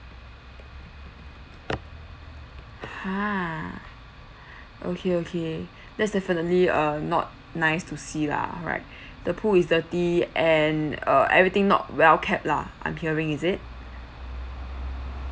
ha okay okay that's definitely uh not nice to see lah right the pool is dirty and uh everything not well kept lah I'm hearing is it